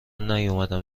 نیومدم